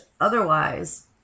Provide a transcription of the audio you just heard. Otherwise